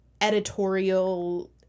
editorial